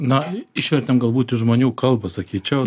na išvertėm galbūt į žmonių kalbą sakyčiau